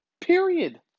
period